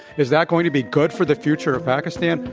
is that going to be good for the future of pakistan?